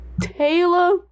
Taylor